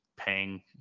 paying